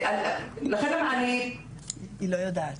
היא לא יודעת.